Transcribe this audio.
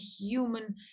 human